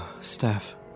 Steph